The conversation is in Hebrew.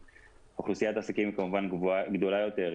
אוכלוסיית העסקים כמובן גדולה יותר,